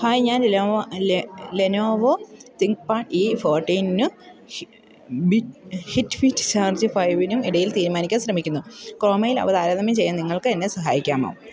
hi ഞാൻ Lenovo ThinkPad E ഫോർട്ടീനിനും ഹിറ്റ്ബിറ്റ് ചാർജ് ഫൈവിനുമിടയിൽ തീരുമാനിക്കാൻ ശ്രമിക്കുന്നു ക്രോമയിൽ അവ താരതമ്യം ചെയ്യാൻ നിങ്ങൾക്കെന്നെ സഹായിക്കാമോ